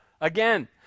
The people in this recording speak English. again